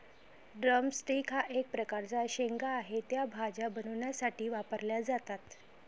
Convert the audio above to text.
drum sticks हा एक प्रकारचा शेंगा आहे, त्या भाज्या बनवण्यासाठी वापरल्या जातात